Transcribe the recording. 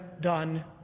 done